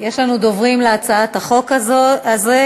יש לנו דוברים בהצעת החוק הזאת,